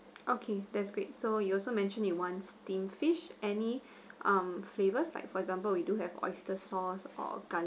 okay that's great so you also mentioned you want steamed fish any um flavours like for example we do have oyster sauce or